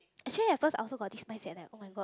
actually at first I also got this mindset leh oh-my-god